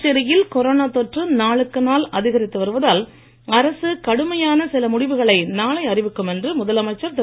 புதுச்சேரியில் கொரோனா தொற்று நாளுக்கு நாள் அதிகரித்து வருவதால் அரசு கடுமையான சில முடிவுகளை நாளை அறிவிக்கும் என்று முதலமைச்சர் திரு